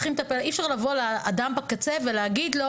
אי אפשר לבוא לאדם בקצה ולהגיד לו